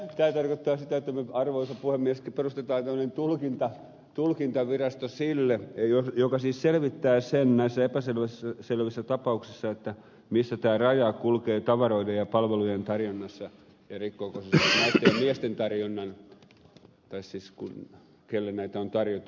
tämä tarkoittaa sitä arvoisa puhemies että perustetaan tämmöinen tulkintavirasto joka siis selvittää sen näissä epäselvissä tapauksissa missä tämä raja kulkee tavaroiden ja palvelujen tarjonnassa ja rikkooko se naisten ja miesten tarjonnan tai siis kelle näitä on tarjottu